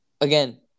again